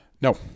No